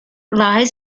lies